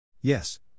Yes